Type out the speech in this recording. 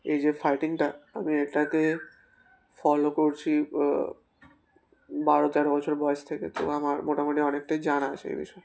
এই যে ফাইটিংটা আমি এটাকে ফলো করছি বারো তেরো বছর বয়স থেকে তো আমার মোটামুটি অনেকটাই জানা আছে এই বিষয়ে